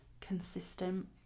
consistent